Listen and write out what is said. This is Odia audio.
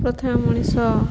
ପ୍ରଥମେ ମଣିଷ